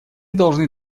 должны